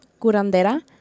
curandera